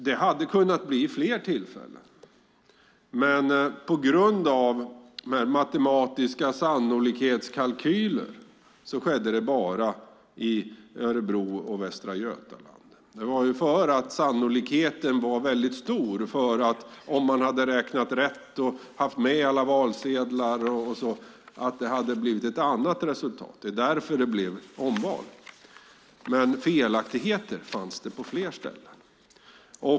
Det hade kunnat bli fler tillfällen, men på grund av matematiska sannolikhetskalkyler skedde det bara i Örebro och Västra Götaland. Sannolikheten var väldigt stor, om man hade räknat rätt och fått med alla valsedlar, att det hade blivit ett annat resultat. Det var därför det blev omval. Men felaktigheter förekom på fler ställen.